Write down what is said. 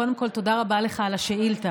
קודם כול, תודה רבה לך על השאילתה.